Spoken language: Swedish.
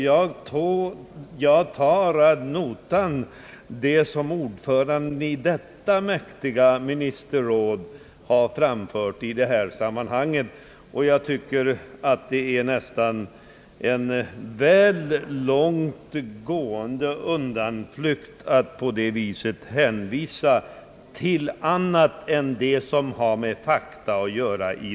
Jag tar ad notam vad ordföranden i detta mäktiga ministerråd har framfört i detta sammanhang. Det är nästan en väl långt gående undanflykt att, som han gör, hänvisa till annat än det som har med fakta att göra.